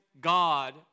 God